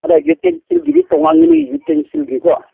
ꯑꯗꯣ ꯌꯨꯇꯦꯟꯁꯤꯜꯒꯤꯗꯤ ꯇꯣꯡꯉꯥꯟꯒꯅꯤ ꯌꯨꯇꯦꯟꯁꯤꯜꯒꯤꯀꯣ